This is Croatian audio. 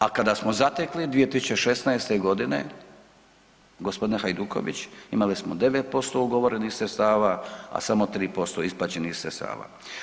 A kada smo zatekli 2016. godine gospodine Hajduković imali smo 9% ugovorenih sredstava, a samo 3% isplaćenih sredstava.